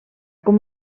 com